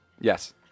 Yes